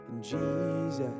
Jesus